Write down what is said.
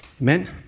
Amen